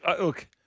look